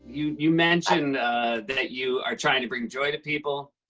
you you mentioned that you are trying to bring joy to people,